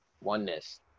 oneness